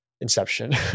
inception